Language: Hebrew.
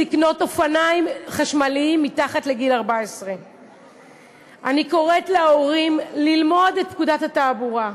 לקנות אופניים חשמליים לילדים מתחת לגיל 14. אני קוראת להורים ללמוד את פקודת התעבורה,